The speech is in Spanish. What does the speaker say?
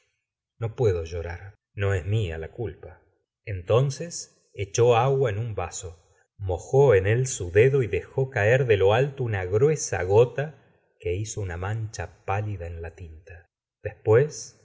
no puedo llorar no es mía la culpa entonces echó agua en un vaso mojó en él su dedo y dejó caer de lo alto una grue sa gota que hizo una mancha pálida en la tinta después